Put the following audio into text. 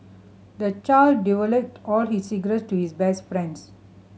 the child all his secret to his best friends